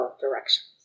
directions